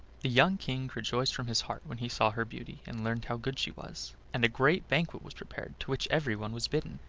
the young king rejoiced from his heart when he saw her beauty and learned how good she was, and a great banquet was prepared to which everyone was bidden.